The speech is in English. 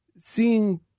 seeing